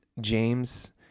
James